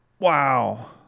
Wow